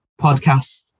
podcast